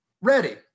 ready